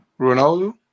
Ronaldo